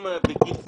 אם בגיל צעיר,